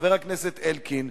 חבר הכנסת אלקין,